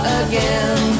again